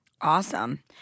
Awesome